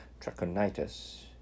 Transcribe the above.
Trachonitis